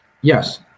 yes